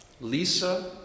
Lisa